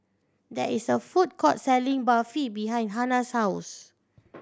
there is a food court selling Barfi behind Hannah's house